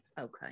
Okay